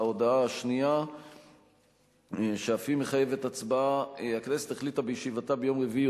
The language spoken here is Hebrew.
ההודעה השנייה שאף היא מחייבת הצבעה: הכנסת החליטה בישיבתה ביום רביעי,